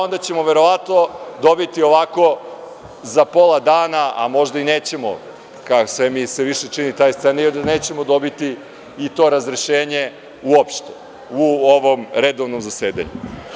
Onda ćemo verovatno dobiti ovako za pola dana, a možda i nećemo, kao i sve mi se više čini taj scenario da nećemo dobiti to razrešenje uopšte u ovom redovnom zasedanju.